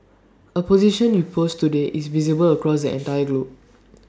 A position you post today is visible across entire globe